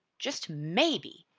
just maybe,